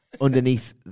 underneath